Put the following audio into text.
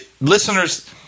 listeners